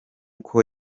uko